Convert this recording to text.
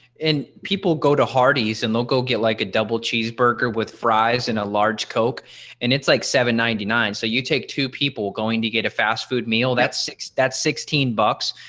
and people go to hardy's and they'll go get like a double cheeseburger with fries and a large coke and it's like seven ninety nine. so you take two people going to get a fast food meal that's six. that's sixteen bucks.